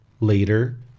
Later